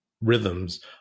rhythms